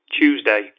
Tuesday